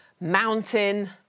mountain